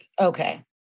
okay